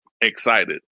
excited